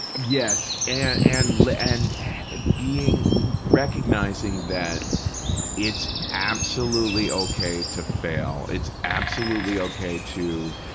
yes. and like and being, recognizing that it's absolutely okay to fail, it's absolutely okay to,